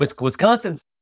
Wisconsin's